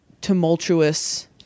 tumultuous